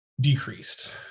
decreased